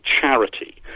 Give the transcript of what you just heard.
charity